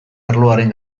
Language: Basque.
arloaren